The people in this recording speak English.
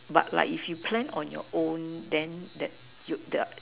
but like if you plan on your own then that you the